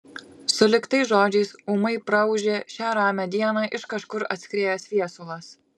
sulig tais žodžiais ūmai praūžė šią ramią dieną iš kažkur atskriejęs viesulas